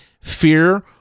fear